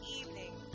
evening